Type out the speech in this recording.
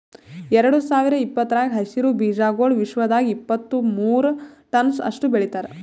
ಎರಡು ಸಾವಿರ ಇಪ್ಪತ್ತರಾಗ ಹಸಿರು ಬೀಜಾಗೋಳ್ ವಿಶ್ವದಾಗ್ ಇಪ್ಪತ್ತು ಮೂರ ಟನ್ಸ್ ಅಷ್ಟು ಬೆಳಿತಾರ್